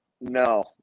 no